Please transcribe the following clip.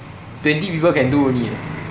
twenty people can do only eh